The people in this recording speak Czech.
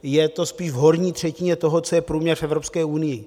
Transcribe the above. Je to spíš v horní třetině toho, co je průměr v Evropské unii.